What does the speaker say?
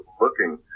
looking